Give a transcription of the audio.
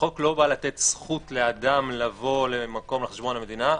החוק לא בא לתת זכות לאדם לבוא למקום על חשבון המדינה;